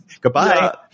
Goodbye